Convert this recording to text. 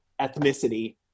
ethnicity